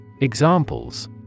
Examples